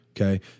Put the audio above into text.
okay